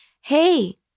hey